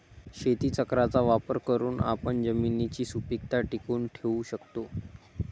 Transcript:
शेतीचक्राचा वापर करून आपण जमिनीची सुपीकता टिकवून ठेवू शकतो